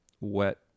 wet